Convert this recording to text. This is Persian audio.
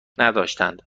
نداشتند